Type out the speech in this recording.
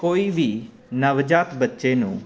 ਕੋਈ ਵੀ ਨਵਜਾਤ ਬੱਚੇ ਨੂੰ